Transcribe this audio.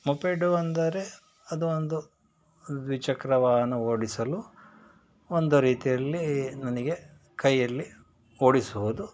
moped ಅಂದರೆ ಅದು ಒಂದು ದ್ವಿಚಕ್ರ ವಾಹನ ಓಡಿಸಲು ಒಂದು ರೀತಿಯಲ್ಲಿ ನನಗೆ ಕೈಯಲ್ಲಿ ಓಡಿಸುವುದು